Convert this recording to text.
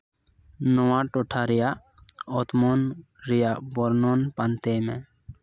ᱱᱚᱣᱟ ᱴᱚᱴᱷᱟ ᱨᱮᱭᱟᱜ ᱚᱛᱢᱚᱱ ᱨᱮᱭᱟᱜ ᱵᱚᱨᱱᱚᱱ ᱯᱟᱱᱛᱮᱭ ᱢᱮ